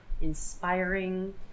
inspiring